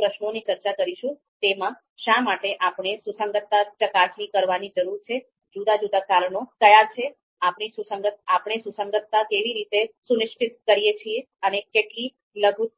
આપણે જે પ્રશ્નોની ચર્ચા કરીશું તેમાં શા માટે આપણે સુસંગતતા ચકાસણી કરવાની જરૂર છે જુદા જુદા કારણો કયા છે આપણે સુસંગતતા કેવી રીતે સુનિશ્ચિત કરીએ છીએ